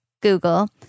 Google